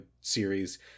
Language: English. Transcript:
series